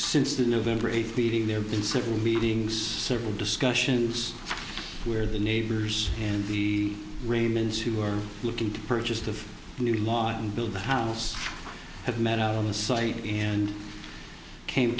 since the november eighth beating there been several meetings several discussions where the neighbors and the raymonds who were looking to purchase the new law and build the house have met on the site and came